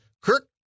Kirk